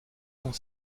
sont